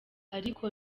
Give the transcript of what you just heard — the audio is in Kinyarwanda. ariko